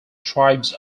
tribes